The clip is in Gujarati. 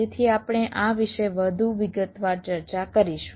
તેથી આપણે આ વિશે વધુ વિગતવાર ચર્ચા કરીશું